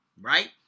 right